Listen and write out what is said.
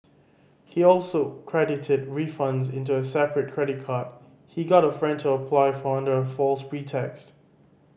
he also credited refunds into a separate credit card he got a friend to apply for under a false pretext